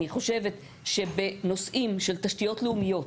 אני חושבת שבנושאים של תשתיות לאומיות,